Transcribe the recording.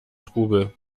trubel